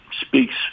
speaks